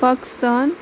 Pakistan